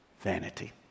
vanity